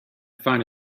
find